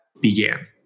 began